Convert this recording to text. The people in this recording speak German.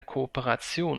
kooperation